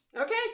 Okay